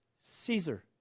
Caesar